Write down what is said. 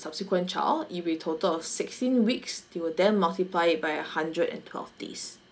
subsequent child it will be total of sixteen weeks they will then multiply it by a hundred and twelve days